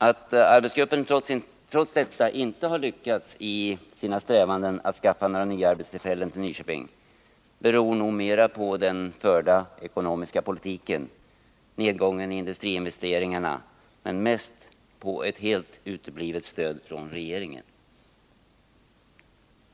Att arbetsgruppen trots detta inte har lyckats i sina strävanden att skaffa några nya arbetstillfällen till Nyköping beror nog mera på den förda ekonomiska politiken och nedgången i industriinvesteringarna men mest på ett helt uteblivet stöd från regeringen.